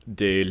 de